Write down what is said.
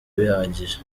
bihagije